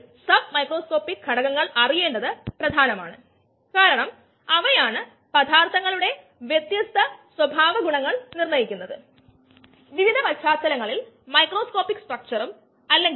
ഈ നിരക്ക് മാസ് അടിസ്ഥാനത്തിലാണ് അതായത് മാസ്സ് പെർ ടൈം ഇത് mass per volume per time ആണ്